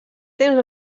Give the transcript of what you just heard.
temps